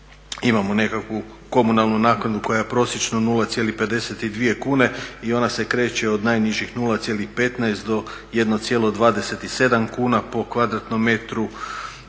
imamo nekakvu komunalnu naknadu koja je prosječno 0,52 kune i ona se kreće od najnižih 0,15 do 1,27 kuna po kvadratnom metru.